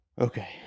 okay